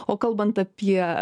o kalbant apie